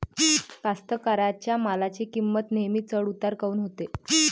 कास्तकाराइच्या मालाची किंमत नेहमी चढ उतार काऊन होते?